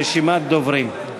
רשימת דוברים.